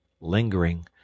lingering